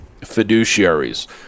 fiduciaries